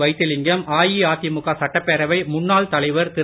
வைத்திலிங்கம் அதிமுக சட்டப்பேரவை முன்னாள் தலைவர் திரு